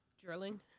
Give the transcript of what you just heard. drilling